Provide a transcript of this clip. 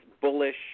bullish